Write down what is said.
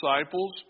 disciples